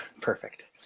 Perfect